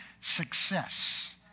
success